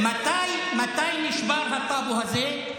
מתי נשבר הטאבו הזה?